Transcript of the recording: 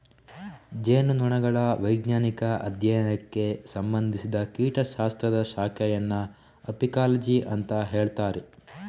ಜೇನುನೊಣಗಳ ವೈಜ್ಞಾನಿಕ ಅಧ್ಯಯನಕ್ಕೆ ಸಂಬಂಧಿಸಿದ ಕೀಟ ಶಾಸ್ತ್ರದ ಶಾಖೆಯನ್ನ ಅಪಿಕಾಲಜಿ ಅಂತ ಹೇಳ್ತಾರೆ